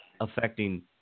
affecting